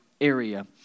area